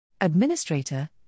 Administrator